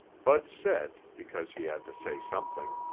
bud said because he had to say something,